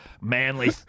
Manly